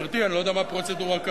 גברתי, אני לא יודע מה הפרוצדורה כרגע.